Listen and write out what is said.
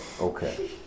Okay